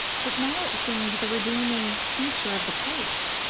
but now it seemed the redeeming feature of the case.